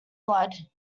blood